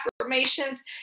affirmations